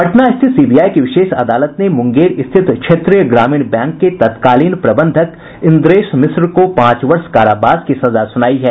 पटना स्थित सीबीआई की विशेष अदालत ने मूंगेर स्थित क्षेत्रीय ग्रामीण बैंक के तत्कालीन प्रबंधक इंद्रेश मिश्रा को पांच वर्ष कारावास की सजा सुनायी है